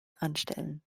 anstellen